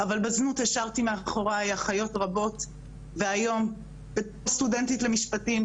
אבל בזנות השארתי מאחוריי אחיות רבות והיום אני סטודנטית למשפטים,